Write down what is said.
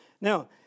Now